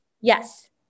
Yes